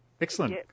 Excellent